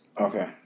Okay